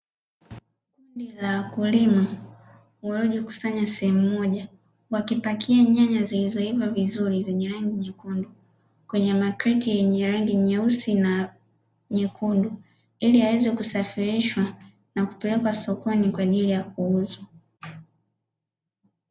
Kundi la wakulima waliojikusanya sehemu moja wakipakia nyanya zilizoiva vizuri zenye rangi nyekundu, kwenye makreti ya rangi nyeusi na nyekundu ili yaweze kusafirishwa na kupelekwa sokoni kwa ajili ya kuuzwa.